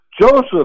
Joseph